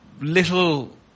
little